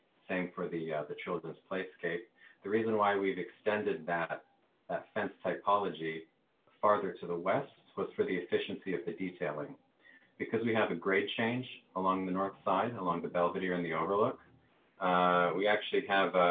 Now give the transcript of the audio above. saying for the the children's play escape the reason why we've extended that ah fence topology farther to the west was for the efficiency of the detailing because we have a great change along the north side along the but belvedere in the overlook we actually have